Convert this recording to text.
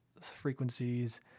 frequencies